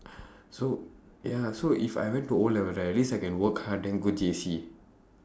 so ya so if I went to O levels right at least I can work hard then go J_C